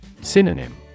Synonym